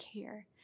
care